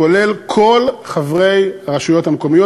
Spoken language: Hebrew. כולל כל חברי הרשויות המקומיות.